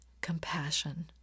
compassion